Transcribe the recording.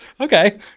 okay